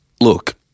look-